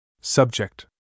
Subject